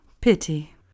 Pity